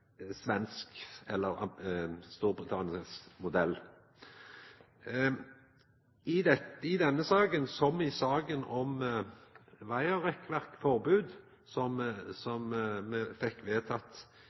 svensk eller britisk modell. I denne saka, som i saka om wirerekkverkforbodet, som